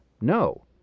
No